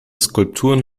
skulpturen